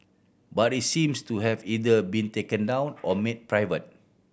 but it seems to have either been taken down or made private